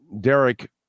Derek